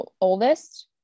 oldest